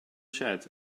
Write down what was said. shed